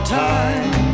time